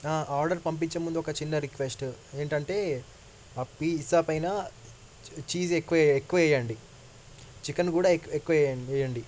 order పంపించే ముందు ఒక చిన్న రిక్వెస్ట్ ఏంటంటే ఆ పిజ్జా పైన చీజ్ ఎక్కువ ఎక్కువ వేయండి చికెన్ కూడా ఎక్కు ఎక్కువ వేయండి